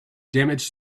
damage